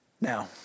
now